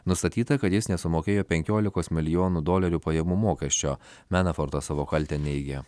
nustatyta kad jis nesumokėjo penkiolikos milijonų dolerių pajamų mokesčio menofortas savo kaltę neigia